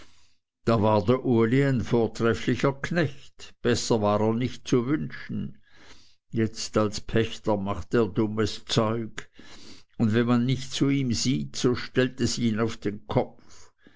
da war der uli ein vortrefflicher knecht besser war er nicht zu wünschen jetzt als pächter macht er dummes zeug und wenn man nicht zu ihm sieht so stellt es ihn auf den kopf